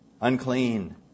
unclean